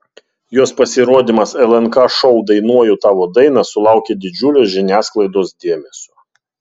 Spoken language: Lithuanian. jos pasirodymas lnk šou dainuoju tavo dainą sulaukė didžiulio žiniasklaidos dėmesio